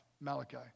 Malachi